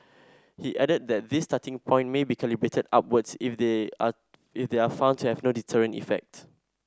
he added that this starting point may be calibrated upwards if they are if they are found to have no deterrent effect